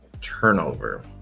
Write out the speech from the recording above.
turnover